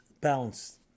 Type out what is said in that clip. balanced